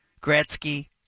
Gretzky